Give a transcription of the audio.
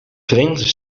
verenigde